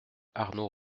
arnaud